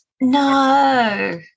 No